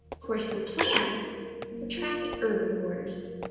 course, the plants attract herbivores.